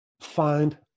find